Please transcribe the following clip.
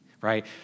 right